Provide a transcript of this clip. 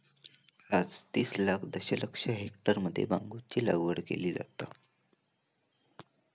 आज तीस लाख दशलक्ष हेक्टरमध्ये बांबूची लागवड केली जाता